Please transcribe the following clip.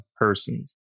persons